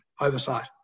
oversight